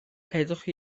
heddwch